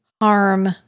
harm